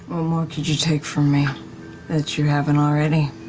more could you take from me that you haven't already?